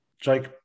Jake